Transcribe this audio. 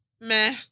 Meh